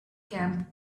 camp